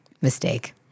Mistake